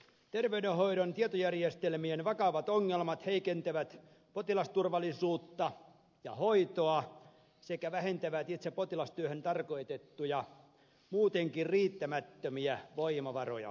terveydenhoidon tietojärjestelmien vakavat ongelmat heikentävät potilasturvallisuutta ja hoitoa sekä vähentävät itse potilastyöhön tarkoitettuja muutenkin riittämättömiä voimavaroja